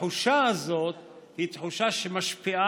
התחושה הזאת משפיעה